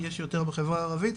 יש יותר בחברה הערבית,